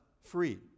free